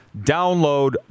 Download